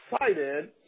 excited